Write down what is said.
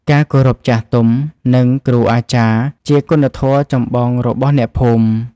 ការគោរពចាស់ទុំ និងគ្រូអាចារ្យ ជាគុណធម៌ចម្បងរបស់អ្នកភូមិ។